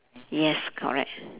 yes correct